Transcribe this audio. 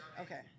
Okay